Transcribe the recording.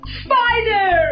spider